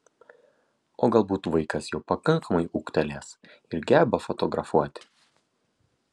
o galbūt vaikas jau pakankamai ūgtelėjęs ir geba fotografuoti